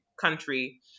country